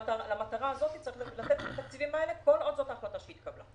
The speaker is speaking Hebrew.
למטרה הזאת יש לתת את התקציבים הללו כל עוד זו ההחלטה שהתקבלה.